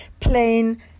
plain